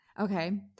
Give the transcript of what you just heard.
Okay